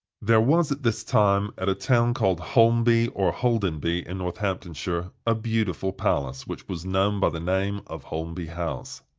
there was at this time, at a town called holmby or holdenby, in northamptonshire, a beautiful palace which was known by the name of holmby house.